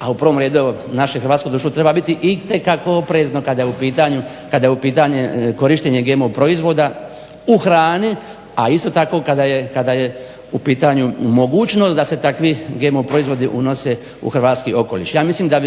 a u prvom redu naše hrvatsko društvo treba biti itekako oprezno kada je u pitanju korištenje GMO proizvoda u hrani a isto tako kada je u pitanju mogućnost da se takvi GMO proizvodi unose u hrvatski okoliš. Ja mislim da